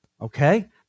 Okay